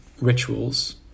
rituals